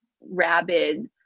rabid